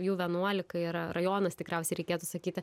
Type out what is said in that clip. jų vienuolika yra rajonas tikriausiai reikėtų sakyti